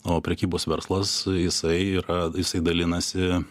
o prekybos verslas jisai yra jisai dalinasi